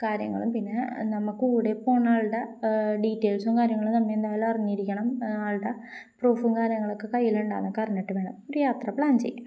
കാര്യങ്ങളും പിന്നെ നമ്മള് കൂടെ പോകുന്നയാളുടെ ഡീറ്റെയിൽസും കാര്യങ്ങളും നമ്മള് എന്തായാലും അറിഞ്ഞിരിക്കണം അയാളുടെ പ്രൂഫും കാര്യങ്ങളുമൊക്കെ കയ്യിലുണ്ടോയെന്ന് അറിഞ്ഞിട്ട് വേണം ഒരു യാത്ര പ്ലാൻ ചെയ്യാന്